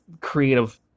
creative